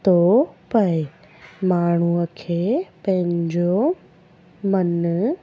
थो पिए माण्हूअ खे पंहिंजो मनु